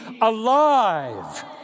alive